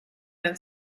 than